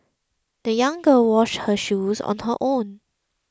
the young girl washed her shoes on her own